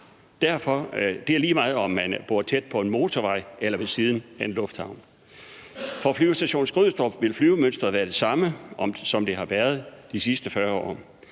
det er lige meget, om man bor tæt på en motorvej eller ved siden af en lufthavn. For Flyvestation Skrydstrup vil flyvemønsteret være det samme, som det har været de sidste 40 år.